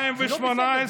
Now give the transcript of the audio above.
זה לא בסדר.